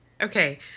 Okay